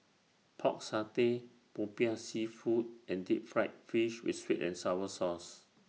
Pork Satay Popiah Seafood and Deep Fried Fish with Sweet and Sour Sauce